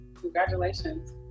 Congratulations